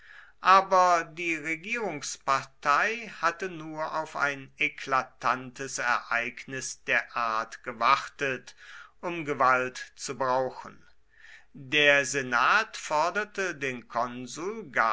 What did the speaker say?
aber die regierungspartei hatte nur auf ein eklatantes ereignis der art gewartet um gewalt zu brauchen der senat forderte den konsul